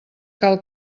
cal